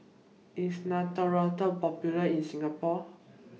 IS Neostrata Popular in Singapore